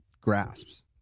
grasps